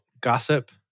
gossip